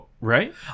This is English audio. right